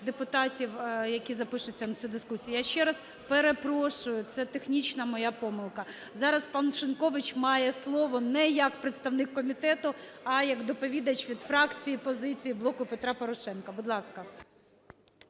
депутатів, які запишуться на цю дискусію. Я ще раз перепрошую, це технічна моя помилка. Зараз пан Шинькович має слово не як представник комітету, а як доповідач від фракції позиції "Блоку Петра Порошенка". Будь ласка.